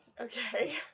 Okay